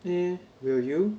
mm will you